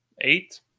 eight